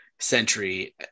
century